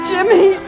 Jimmy